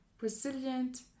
resilient